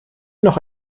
noch